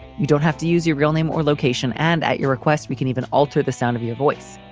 you don't have to use your real name or location. and at your request, we can even alter the sound of your voice.